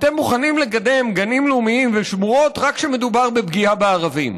אתם מוכנים לקדם גנים לאומיים ושמורות רק כשמדובר בפגיעה בערבים.